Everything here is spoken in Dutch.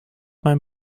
mijn